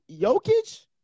Jokic